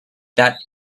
that